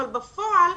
אבל בפועל,